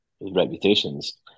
reputations